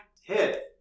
hit